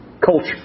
Culture